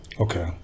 Okay